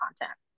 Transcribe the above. content